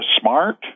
smart